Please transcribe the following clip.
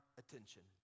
attention